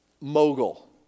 mogul